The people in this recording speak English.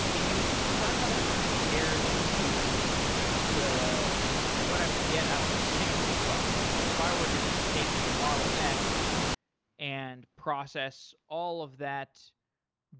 can you describe how that compares to what i would get out of the synchronous process? so if i were to just take the model x and process all of that